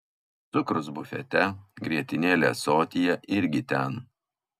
cukrus bufete grietinėlė ąsotėlyje irgi ten